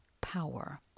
power